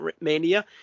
mania